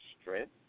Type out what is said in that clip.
strength